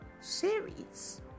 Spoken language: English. series